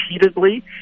repeatedly